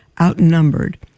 outnumbered